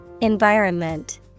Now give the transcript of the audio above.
environment